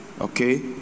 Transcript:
Okay